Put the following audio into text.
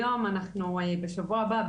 היום אנחנו בשבוע הבא,